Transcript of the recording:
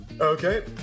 okay